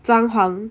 装潢